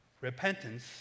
Repentance